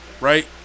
Right